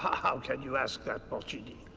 how can you ask that, porcini?